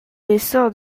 l’essor